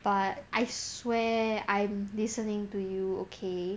but I swear I'm listening to you okay